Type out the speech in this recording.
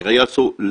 וכנראה ייעשו,